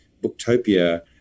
Booktopia